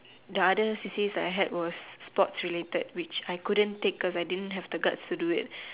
the other C_C_A S that I has was sports related which I didn't take because I didn't have the guts to do it